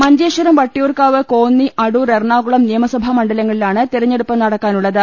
മഞ്ചേശ്വരം വട്ടിയൂർക്കാവ് കോന്നി അടൂർ എറണാകുളം നിയ മസഭാ മണ്ഡലങ്ങളിലാണ് തെരഞ്ഞെടുപ്പ് നടക്കാനുള്ളത്